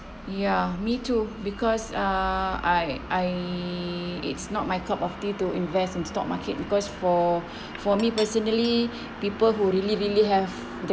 ya me too because uh I I it's not my cup of tea to invest in stock market because for for me personally people who really really have the